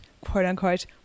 quote-unquote